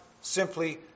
simply